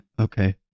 okay